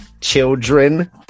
children